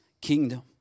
kingdom